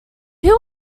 who